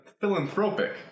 philanthropic